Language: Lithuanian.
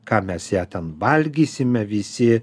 ką mes ją ten valgysime visi